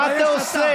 מה אתה עושה?